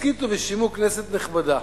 הסכיתו ושמעו, כנסת נכבדה.